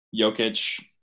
Jokic